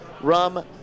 rum